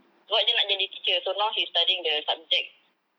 sebab dia nak jadi teacher so now he studying the subject